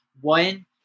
one